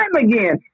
again